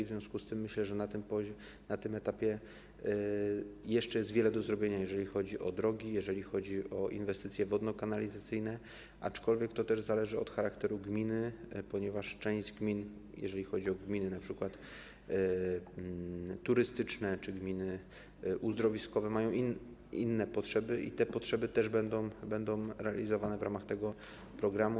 W związku z tym myślę, że na tym etapie jest jeszcze wiele do zrobienia, jeżeli chodzi o drogi, jeżeli chodzi o inwestycje wodno-kanalizacyjne, aczkolwiek to też zależy od charakteru gminy, ponieważ część gmin, jeżeli chodzi o gminy np. turystyczne czy gminy uzdrowiskowe, ma inne potrzeby i te potrzeby też będą realizowane w ramach tego programu.